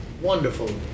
wonderful